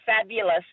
fabulous